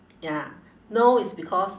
ya no is because